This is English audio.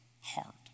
heart